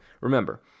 remember